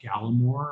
Gallimore